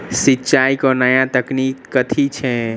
सिंचाई केँ नया तकनीक कथी छै?